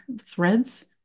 Threads